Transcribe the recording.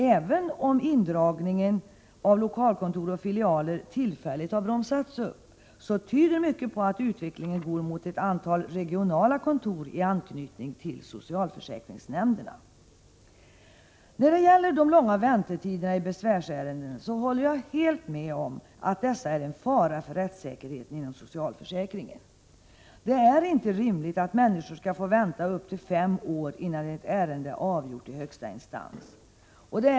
Även om indragningen av lokalkontor och filialer tillfälligt bromsats upp, tyder mycket på att utvecklingen går mot ett antal regionala kontor i anknytning till socialförsäkringsnämnderna. När det gäller de långa väntetiderna i besvärsärenden håller jag helt med om att dessa är en fara för rättssäkerheten inom socialförsäkringen. Det är inte rimligt att människor skall få vänta upp till fem år innan ett ärende är avgjort i högsta instans.